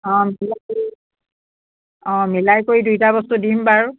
অঁ মিলাই কৰি অঁ মিলাই কৰি দুইটা বস্তু দিম বাৰু